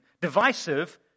Divisive